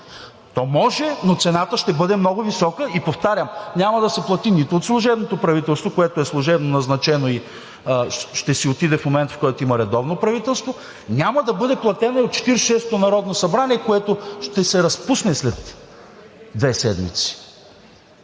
То може, но цената ще бъде много висока и, повтарям, няма да се плати нито от служебното правителство, което е служебно – назначено, и ще си отиде в момента, в който има редовно правителство, няма да бъде платена и от 46-ото народно събрание, което ще се разпусне след две седмици.